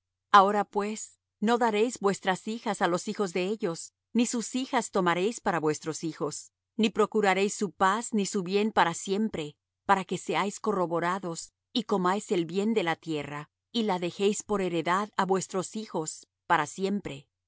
ahora pues no daréis vuestras hijas á los hijos de ellos ni sus hijas tomaréis para vuestros hijos ni procuraréis su paz ni su bien para siempre para que seáis corroborados y comáis el bien de la tierra y la dejéis por heredad á vuestros hijos para siempre